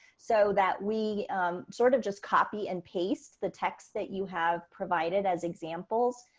so that we sort of just copy and paste the texts that you have provided as examples.